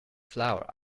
flour